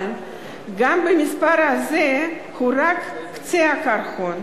אבל גם מספר זה הוא רק קצה הקרחון,